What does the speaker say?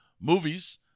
Movies